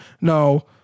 No